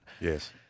Yes